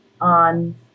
on